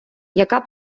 яка